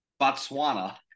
Botswana